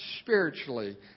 spiritually